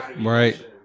right